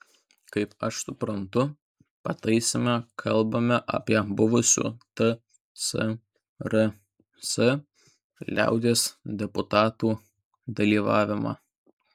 kaip aš suprantu pataisyme kalbame apie buvusių tsrs liaudies deputatų dalyvavimą